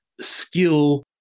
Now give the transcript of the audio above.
skill